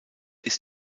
ist